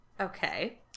Okay